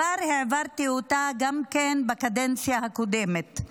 העברתי אותה גם בקדנציה הקודמת.